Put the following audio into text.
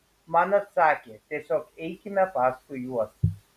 man atsakė tiesiog eikime paskui juos